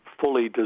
fully